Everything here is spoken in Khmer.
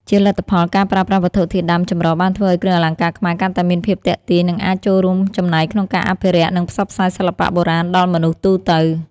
ជាលទ្ធផល ការប្រើប្រាស់វត្ថុធាតុដើមចម្រុះបានធ្វើឱ្យគ្រឿងអលង្ការខ្មែរកាន់តែមានភាពទាក់ទាញ និងអាចចូលរួមចំណែកក្នុងការអភិរក្ស និងផ្សព្វផ្សាយសិល្បៈបុរាណដល់មនុស្សទូទៅ។